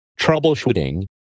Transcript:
troubleshooting